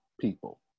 people